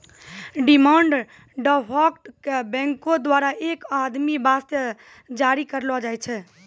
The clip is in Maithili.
डिमांड ड्राफ्ट क बैंको द्वारा एक आदमी वास्ते जारी करलो जाय छै